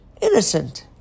Innocent